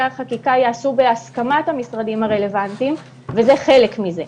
החקיקה ייעשו בהסכמת המשרדים הרלוונטיים וזה חלק מזה.